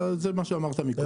זה מה שאמרת מקודם.